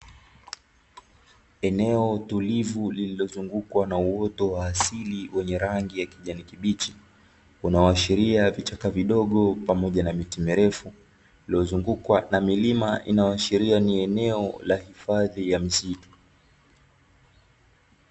Eneo tulivu lililozungukwa na uoto wa asili wenye rangi ya kijani kibichi, unaoashiria vichaka vidogo pamoja na miti mirefu iliyozungukwa na milima inayoashiria ni eneo la hifadhi ya misitu.